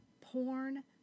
porn